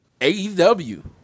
AEW